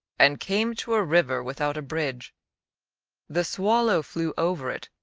and came to a river without a bridge the swallow flew over it,